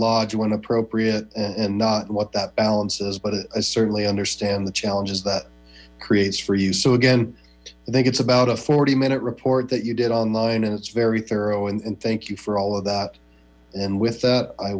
when appropriate and not what that balances but i certainly understand the challenges that creates for you so again i think it's about a forty minute report that you did online and it's very thorough and thank you for all that and with that i